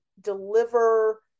deliver